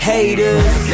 Haters